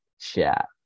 chat